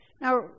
Now